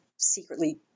secretly